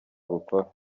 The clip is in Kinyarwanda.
bukora